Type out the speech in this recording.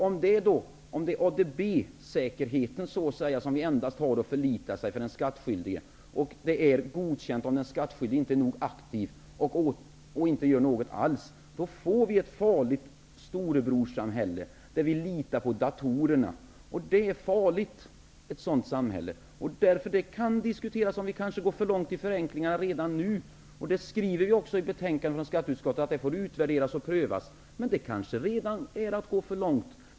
Om den skattskyldige endast har att förlita sig på ADB-säkerheten, och om det är godkänt om den skattskyldige inte är aktiv nog och inte gör något alls, får vi ett farligt storebrorssamhälle där vi litar på datorerna. Ett sådant samhälle är farligt. Därför kan det diskuteras om vi kanske går för långt i förenklingar redan nu. Det skriver också skatteutskottet i betänkandet. Det får utvärderas och prövas, men det kanske redan är att gå för långt.